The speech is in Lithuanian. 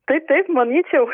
tai taip manyčiau